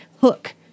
hook